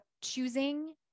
choosing